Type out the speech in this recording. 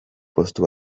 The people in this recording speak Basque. postu